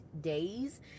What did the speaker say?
days